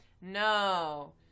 No